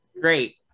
Great